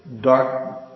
dark